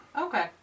Okay